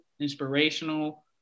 inspirational